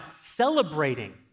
celebrating